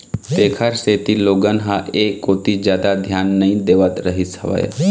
तेखर सेती लोगन ह ऐ कोती जादा धियान नइ देवत रहिस हवय